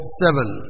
seven